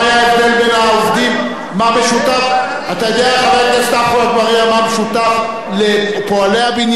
אתה יודע מה המשותף לפועלי הבניין ולקבלני הבניין בירושלים?